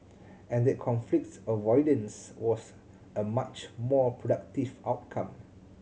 and that conflict avoidance was a much more productive outcome